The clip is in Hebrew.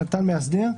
שנתן מאסדר,